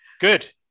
Good